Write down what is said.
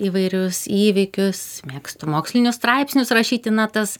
įvairius įvykius mėgstu mokslinius straipsnius rašyti na tas